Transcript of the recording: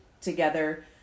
together